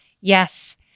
Yes